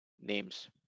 names